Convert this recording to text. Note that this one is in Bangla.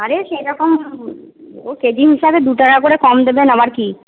আরে সেইরকমও কেজি হিসাবে দু টাকা করে কম দেবেন আমার কি